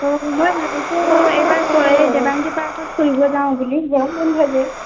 অঁ মই ভাবিছোঁ এইবাৰ দেৱাংগী পাৰ্কত ফুৰিব যাওঁ বুলি